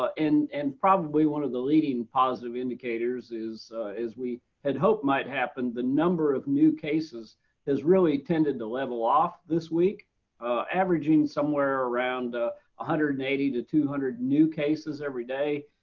ah and and probably one of the leading positive indicators is as we had hope might happen. the number of new cases has really tended to level off this week averaging somewhere around one ah ah hundred and eighty to two hundred new cases every day,